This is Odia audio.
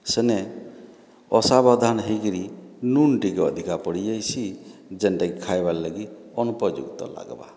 ସେନେ ଅସାବଧାନ ହେଇକିରି ନୁନ୍ ଟିକେ ଅଧିକା ପଡ଼ି ଯାଇସି ଯେନ୍ଟା ଖାଇବାର୍ ଲାଗି ଅନୁପଯୁକ୍ତ ଲାଗ୍ବା